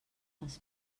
els